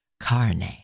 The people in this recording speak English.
carne